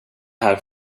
här